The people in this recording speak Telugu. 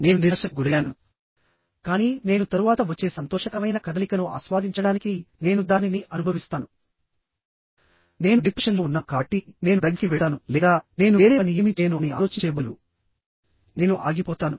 నేను నిరాశకు గురయ్యాను కానీ నేను తరువాత వచ్చే సంతోషకరమైన కదలికను ఆస్వాదించడానికి నేను దానిని అనుభవిస్తాను నేను డిప్రెషన్ లో ఉన్నాను కాబట్టి నేను డ్రగ్స్ కి వెళ్తాను లేదా నేను వేరే పని ఏమీ చేయను అని ఆలోచించే బదులు నేను ఆగిపోతాను